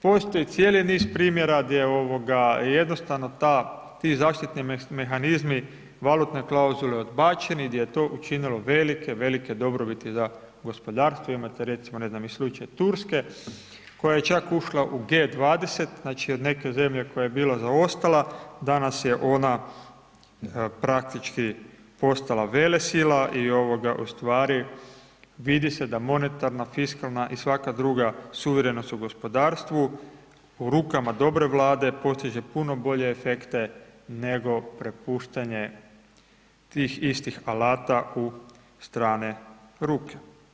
Postoji cijeli niz primjera, gdje je ovoga, jednostavna ta, ti zaštitni mehanizmi valutne klauzule odbačeni i gdje je to učinilo velike velike dobrobiti za gospodarstvo i imate recimo i slučaj Turske, koja je čak ušla u G20 znači od neke zemlje koja je bila zaostala, danas je ona praktički postala velesila i ustvari, vidi se da monetarna, fiskalna i svaka druga suvremenost u gospodarstvu, u rukama dobre vlade, postiže puno bolje efekte, nego prepuštanje tih istih alata u strane ruke.